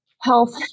Health